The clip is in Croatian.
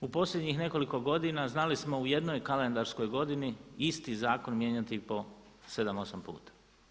U posljednjih nekoliko godina znali smo u jednoj kalendarskoj godini isti zakon mijenjati po sedam, osam puta.